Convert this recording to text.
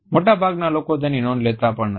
મોટાભાગના લોકો તેની નોંધ લેતા પણ નથી